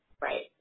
Right